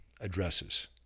Addresses